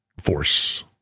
force